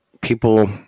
people